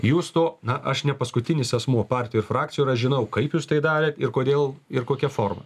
jūs to na aš ne paskutinis asmuo partijoj ir frakcijoj ir aš žinau kaip jūs tai darėt ir kodėl ir kokia forma